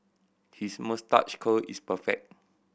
his moustache curl is perfect